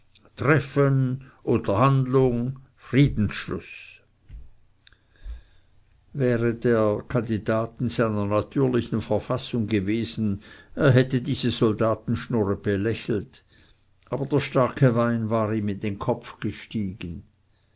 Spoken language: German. unterhandlung friedensschluß wäre der kandidat in seiner natürlichen verfassung gewesen er hätte diese soldatenschnurre belächelt aber der starke wein war ihm in den kopf gestiegen